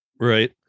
right